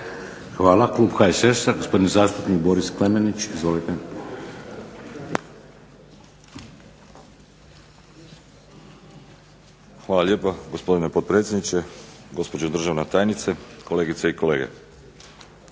Hvala. Klub HSS-a gospodin zastupnik Boris Klemenić. Izvolite. **Klemenić, Boris (HSS)** Hvala lijepa, gospodine potpredsjedniče. Gospođo državna tajnice, kolegice i kolege.